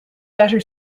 better